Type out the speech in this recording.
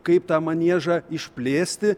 kaip tą maniežą išplėsti